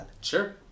Sure